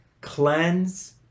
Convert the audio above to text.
cleanse